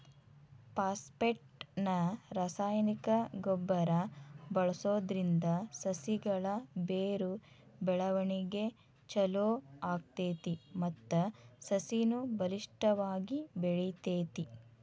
phosphate ನ ರಾಸಾಯನಿಕ ಗೊಬ್ಬರ ಬಳ್ಸೋದ್ರಿಂದ ಸಸಿಗಳ ಬೇರು ಬೆಳವಣಿಗೆ ಚೊಲೋ ಆಗ್ತೇತಿ ಮತ್ತ ಸಸಿನು ಬಲಿಷ್ಠವಾಗಿ ಬೆಳಿತೇತಿ